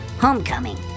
Homecoming